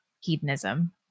hedonism